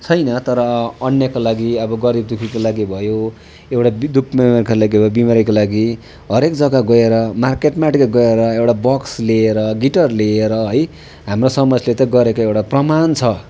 छैन तर अन्यका लागि अब गरिबदुःखीका लागि भयो एउटा बि दुःखबिमारका लागि भयो बिमारीका लागि हरेक जग्गा गएर मार्केट मार्केट गएर एउटा बक्स लिएर गिटार लिएर है हाम्रो समाजले त गरेको एउटा प्रमाण छ